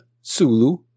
sulu